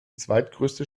zweitgrößte